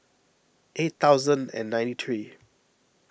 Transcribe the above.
eight thousand and ninety three